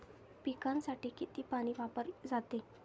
पिकांसाठी किती पाणी वापरले जाते?